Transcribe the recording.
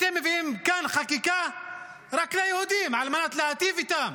אתם מביאים כאן חקיקה רק ליהודים על מנת להיטיב איתם.